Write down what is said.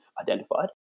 identified